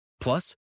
Plus